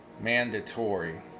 mandatory